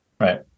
Right